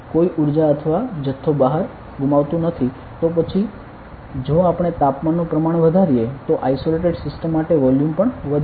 કોઈ ઉર્જા અથવા જથ્થો બહાર ગુમાવાતો નથી તો પછી જો આપણે તાપમાનનું પ્રમાણ વધારીએ તો આઇસોલેટેડ સિસ્ટમ માટે વોલ્યુમ પણ વધશે